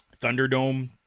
Thunderdome